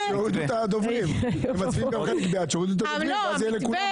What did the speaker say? שיורידו את הדוברים ואז יהיה לכולם.